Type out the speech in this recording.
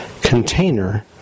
container